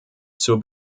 zur